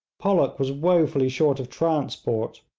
pollock was woefully short of transport,